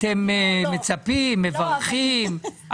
אתם מצפים, מברכים.